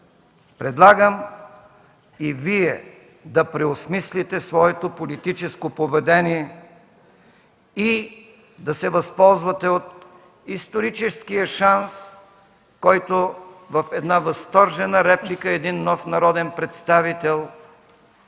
Предлагам и Вие да преосмислите своето политическо поведение и да се възползвате от историческия шанс, който във възторжена реплика един нов народен представител